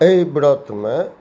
एहि व्रतमे